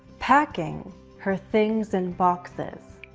packing her things in boxes.